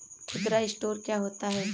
खुदरा स्टोर क्या होता है?